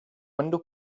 window